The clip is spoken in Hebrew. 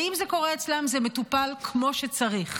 ואם זה קורה אצלם זה מטופל כמו שצריך,